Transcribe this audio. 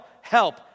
help